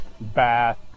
bath